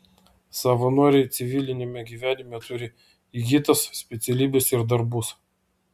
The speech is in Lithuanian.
savanoriai civiliniame gyvenime turi įgytas specialybes ir darbus